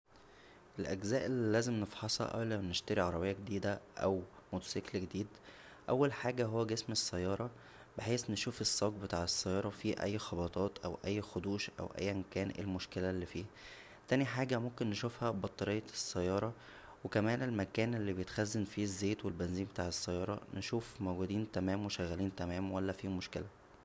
الاجزاء اللى لازم نفحصها قبل منشترى عربيه جديده او موتوسكل جديد اول حاجه هو جسم السياره بحيث نشوف الصاج بتاع السياره فيه اى خبطات او اى خدوش او اى كان ايه المشكله الفيه تانى حاجه ممكن نشوفها بطاريه السياره و كمان المكان الى بيتخزن فيه الزيت و البنزين بتاع السياره نشوف موجودين تمام وشغالين تمام ولا فيهم مشكله